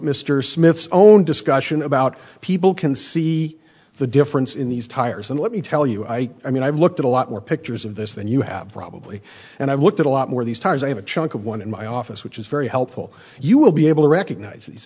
mr smith's own discussion about people can see the difference in these tires and let me tell you i i mean i've looked at a lot more pictures of this than you have probably and i've looked at a lot more these tires i have a chunk of one in my office which is very helpful you will be able to recognize